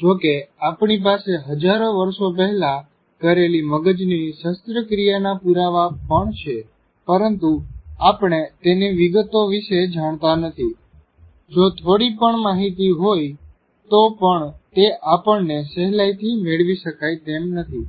જો કે આપણી પાસે હજારો વર્ષો પહેલાં કરેલી મગજની શસ્ત્રક્રિયાના પુરાવા પણ છે પરંતુ આપણે તેની વિગતો વિશે જાણતા નથી જો થોડી પણ માહિતી હોઈ તો પણ તે આપણને સહેલાઈથી મેળવી શકાય તેમ નથી